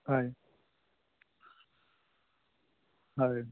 হয় হয়